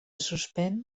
suspèn